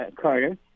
Carter